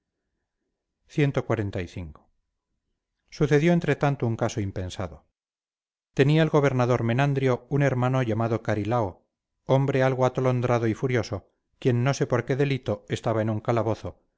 estiban allí sentados cxlv sucedió entretanto un caso impensado tenía el gobernador menandrio un hermano llamado carilao hombre algo atolondrado y furioso quien no sé por qué delito estaba en un calabozo